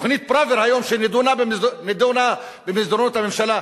תוכנית פראוור שנדונה היום במסדרונות הממשלה?